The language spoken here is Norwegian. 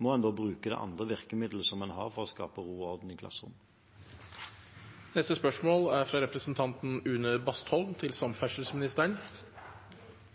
må en bruke det andre virkemiddelet som en har, for å skape ro og orden i klasserommet. «Regjeringen ønsker at flere skal velge kollektivtransport i sine hverdagsreiser, og regjeringen er